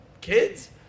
kids